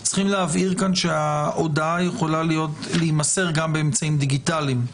יש להבהיר שההודעה יכולה להימסר גם באמצעים דיגיטליים.